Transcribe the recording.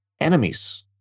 enemies